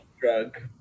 drug